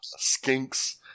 Skinks